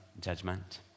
judgment